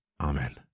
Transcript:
Amen